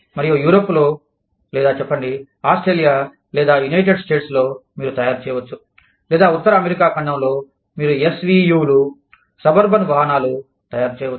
మరియు యూరప్లో లేదా చెప్పండి ఆస్ట్రేలియా లేదా యునైటెడ్ స్టేట్స్ లో మీరు తయారు చేయవచ్చు లేదా ఉత్తర అమెరికా ఖండంలో మీరు ఎస్యూవీలు సబర్బన్ వాహనాలు తయారు చేయవచ్చు